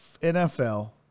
NFL